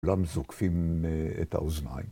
וגם זוקפים את האוזניים.